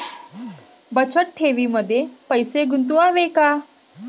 बचत ठेवीमध्ये पैसे गुंतवावे का?